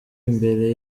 imbere